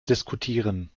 diskutieren